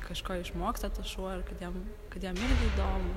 kažko išmoksta tas šuo ir kad jam kad jam irgi įdomu